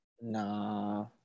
nah